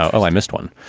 i missed one.